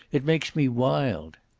it makes me wild.